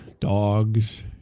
dogs